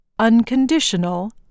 Unconditional